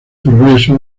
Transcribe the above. progreso